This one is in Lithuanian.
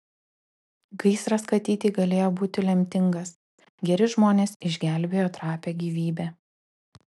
gaisras katytei galėjo būti lemtingas geri žmonės išgelbėjo trapią gyvybę